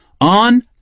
on